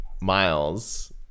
miles